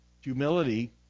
Humility